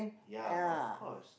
ya of course